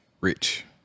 Rich